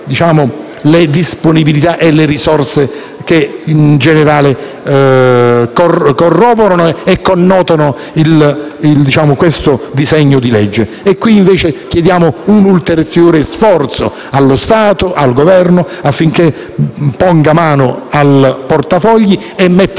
le disponibilità e le risorse che in generale corroborano e connotano questo disegno di legge, e qui noi chiediamo un ulteriore sforzo al Governo affinché ponga mano al portafogli e metta a